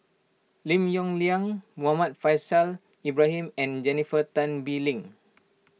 Lim Yong Liang Muhammad Faishal Ibrahim and Jennifer Tan Bee Leng